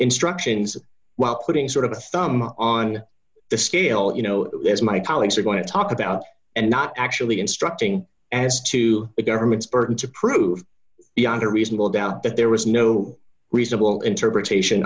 instructions while putting sort of a thumb on the scale you know as my colleagues are going to talk about and not actually instructing as to the government's burden to prove beyond a reasonable doubt that there was no reasonable interpretation